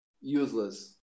useless